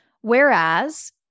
whereas